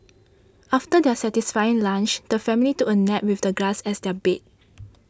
after their satisfying lunch the family took a nap with the grass as their bed